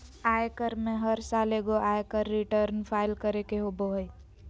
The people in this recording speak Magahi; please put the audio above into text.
आयकर में हर साल एगो आयकर रिटर्न फाइल करे के होबो हइ